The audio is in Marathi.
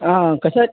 हा कसे आहेत